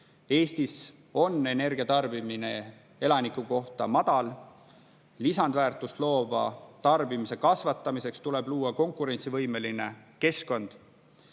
Eestis on energiatarbimine elaniku kohta madal. Lisandväärtust loova tarbimise kasvatamiseks tuleb luua konkurentsivõimeline keskkond.